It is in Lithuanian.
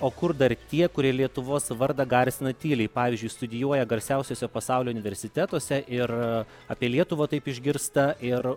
o kur dar tie kurie lietuvos vardą garsina tyliai pavyzdžiui studijuoja garsiausiuose pasaulio universitetuose ir apie lietuvą taip išgirsta ir